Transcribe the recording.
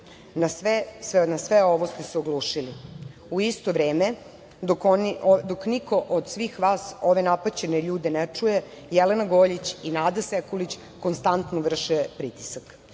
Na sve ovo ste se oglušili. U isto vreme, dok niko od svih vas ove napaćene ljude ne čuje, Jelena Goljić i Nada Sekulić konstantno vrše pritisak.